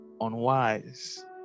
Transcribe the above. unwise